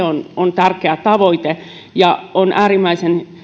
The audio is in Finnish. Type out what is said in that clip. on on tärkeä tavoite on äärimmäisen